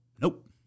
Nope